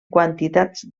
quantitats